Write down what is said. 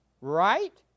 right